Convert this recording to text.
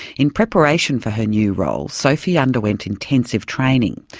in preparation for her new role, sophie underwent intensive training,